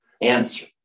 Answer